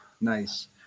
Nice